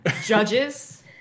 Judges